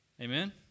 Amen